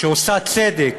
שעושה סדר,